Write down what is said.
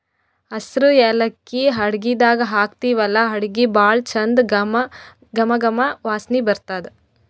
ಹಸ್ರ್ ಯಾಲಕ್ಕಿ ಅಡಗಿದಾಗ್ ಹಾಕ್ತಿವಲ್ಲಾ ಅಡಗಿ ಭಾಳ್ ಚಂದ್ ಘಮ ಘಮ ವಾಸನಿ ಬರ್ತದ್